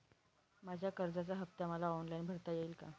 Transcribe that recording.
माझ्या कर्जाचा हफ्ता मला ऑनलाईन भरता येईल का?